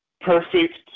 perfect